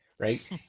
Right